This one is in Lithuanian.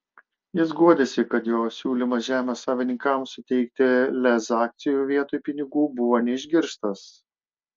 jis guodėsi kad jo siūlymas žemės savininkams suteikti lez akcijų vietoj pinigų buvo neišgirstas